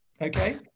Okay